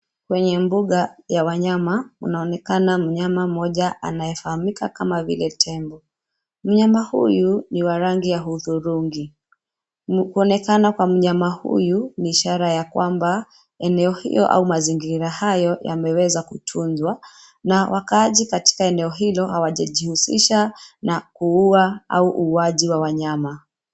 Kwenye mbuga ya wanyama kunaonekana mnyama mmoja anayefahamika kama vile tembo, mnyama huyu ni wa rangi ya hudhurungi, kuonekana kwa mnyama huyu ni ishara ya kwamba, eneo hio au mazingira hayo yameweza kutunzwa, na wakaaji katika eneo hilo hawajajihusisha, na kuua au uuaji wa wanyama.